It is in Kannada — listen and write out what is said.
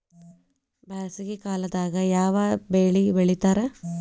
ಬ್ಯಾಸಗಿ ಕಾಲದಾಗ ಯಾವ ಬೆಳಿ ಬೆಳಿತಾರ?